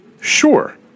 Sure